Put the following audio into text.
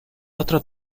otro